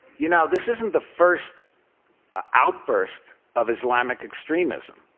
you know, this isn't the first ah outburst of islamic extremism.